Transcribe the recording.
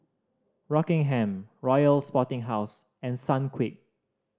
Rockingham Royal Sporting House and Sunquick